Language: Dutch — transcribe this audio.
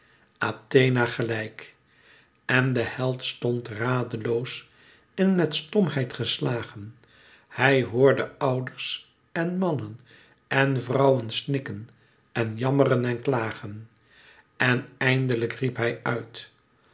athena gelijk en de held stond radeloos en met stomheid geslagen hij hoorde ouders en mannen en vrouwen snikken en jammeren en klagen en eindelijk riep hij uit